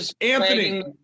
Anthony